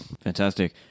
Fantastic